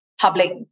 public